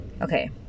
Okay